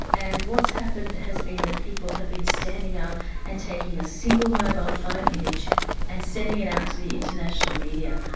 and what's happened has been that people have been standing up and taking a single mobile phone image and sending it out to the international media.